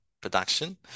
production